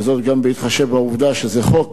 גם בהתחשב בעובדה שזה חוק